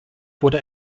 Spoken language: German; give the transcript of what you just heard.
wurde